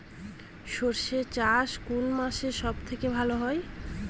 সর্ষে চাষ কোন মাসে সব থেকে ভালো হয়?